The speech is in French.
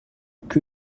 que